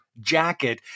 jacket